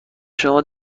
شما